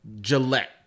Gillette